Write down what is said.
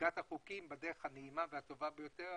חקיקת החוקים בדרך הנעימה והטובה ביותר,